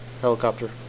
helicopter